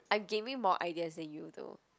I giving more ideas than you though